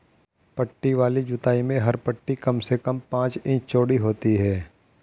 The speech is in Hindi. पट्टी वाली जुताई में हर पट्टी कम से कम पांच इंच चौड़ी होती है